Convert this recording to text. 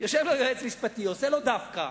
שיושב לו יועץ משפטי ועושה לו דווקא.